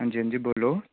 हां जी हां जी बोल्लो